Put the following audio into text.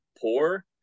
poor